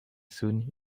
soon